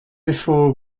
before